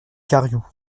cariou